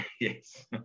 yes